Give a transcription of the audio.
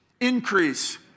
Increase